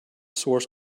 source